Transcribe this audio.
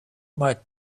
much